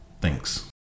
Thanks